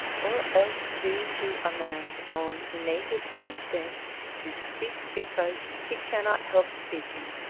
or else due to a man's own native instinct to speak because he cannot help speaking.